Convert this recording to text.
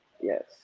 yes